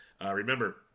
Remember